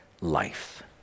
life